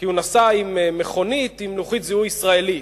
כי הוא נסע במכונית עם לוחית זיהוי ישראלית.